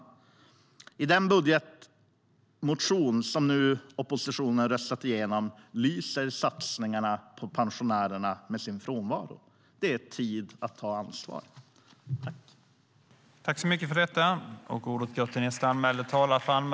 Tyvärr verkar de borgerliga partierna inte se allvaret i detta. I den budgetmotion som oppositionen nu röstat igenom lyser satsningarna på pensionärerna med sin frånvaro. Det är tid att ta ansvar.